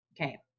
Okay